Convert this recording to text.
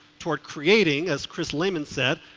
toward creating as chris layman said,